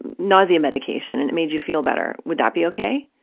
and nausea medication and it made you feel better, would that be okay?